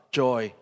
joy